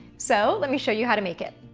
so let me show you how to make it.